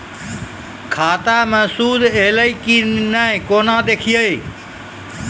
खाता मे सूद एलय की ने कोना देखय छै?